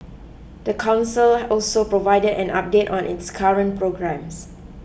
the council also provided an update on its current programmes